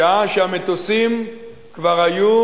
בשעה שהמטוסים כבר היו,